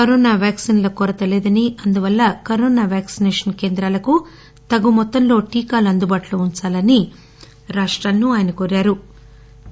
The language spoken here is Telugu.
కరోనా వ్యాక్సిన్ల కొరత లేదని అందువల్ల కరోనా వ్యాక్సిసేషన్ కేంద్రాలకు తగు మొత్తంలో టీకాలు అందుబాటులో ఉంచాలని రాష్టాలను కోరారు